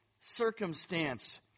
circumstance